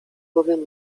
bowiem